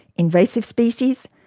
invasive species,